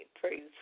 praise